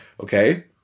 okay